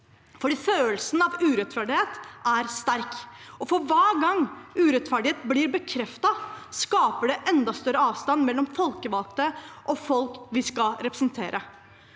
for følelsen av urettferdighet er sterk, og for hver gang urettferdighet blir bekreftet, skaper det enda større avstand mellom folkevalgte og folk vi skal representere.